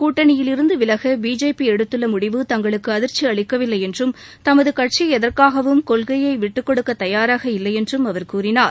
கூட்டணியிலிருந்து விலக பிஜேபி எடுத்துள்ள முடிவு தங்களுக்கு அதிர்ச்சி அளிக்கவில்லை என்றும் தமது கட்சி எதற்காகவும் கொள்கையை விட்டுக் கொடுக்க தயாராக இல்லை என்றும் அவர் கூறினார்